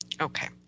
Okay